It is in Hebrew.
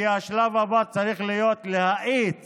כי השלב הבא צריך להיות להאיץ